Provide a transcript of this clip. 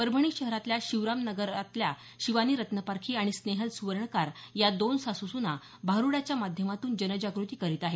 परभणी शहरातील शिवरामनगरातील शिवानी रत्नपारखी आणि स्नेहल सुवर्णकार या दोन सासुसुना भारूडाच्या माध्यमातून जनजागृती करीत आहेत